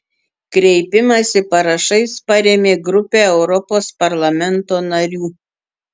kreipimąsi parašais parėmė grupė europos parlamento narių